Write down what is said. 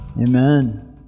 Amen